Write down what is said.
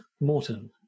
Morton